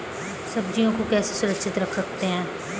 सब्जियों को कैसे सुरक्षित रख सकते हैं?